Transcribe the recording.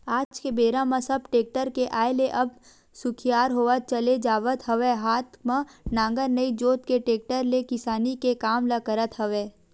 आज के बेरा म सब टेक्टर के आय ले अब सुखियार होवत चले जावत हवय हात म नांगर नइ जोंत के टेक्टर ले किसानी के काम ल करत हवय